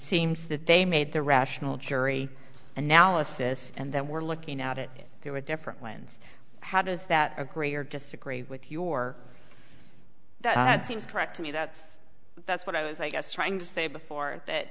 seems that they made the rational jury analysis and that we're looking at it through a different lens how does that agree or disagree with your that seems correct to me that's that's what i was i guess trying to say before that